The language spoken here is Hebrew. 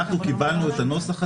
אנחנו קיבלנו את הנוסח הזה,